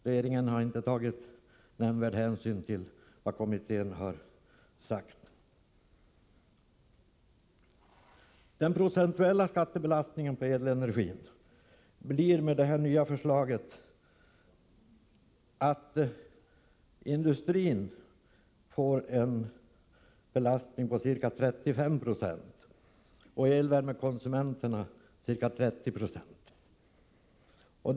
Regeringen har inte tagit nämnvärd hänsyn till vad kommittén har sagt. Den procentuella skattebelastningen på elenergin med det nya förslaget blir för industrin ca 35 26 och för elvärmekonsumenterna ca 30 96.